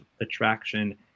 attraction